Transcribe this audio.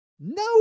No